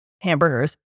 hamburgers